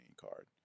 card